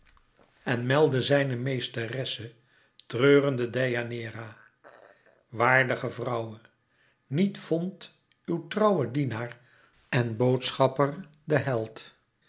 en meldde zijne meesteresse treurende deianeira waardige vrouwe niet vond uw trouwe dienaar en boodschapper den held